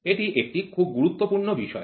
এটি একটি খুব গুরুত্বপূর্ণ বিষয়